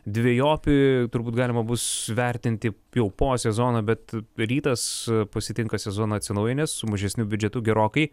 dvejopi turbūt galima bus vertinti jau po sezono bet rytas pasitinka sezoną atsinaujinęs su mažesniu biudžetu gerokai